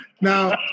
Now